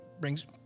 brings